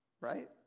Right